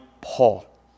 Paul